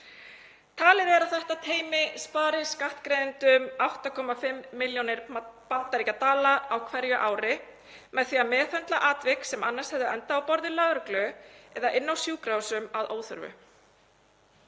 Talið er að þetta teymi spari skattgreiðendum 8,5 milljónir bandaríkjadala á hverju ári með því að meðhöndla atvik sem annars hefðu endað á borði lögreglu eða inni á sjúkrahúsum að óþörfu.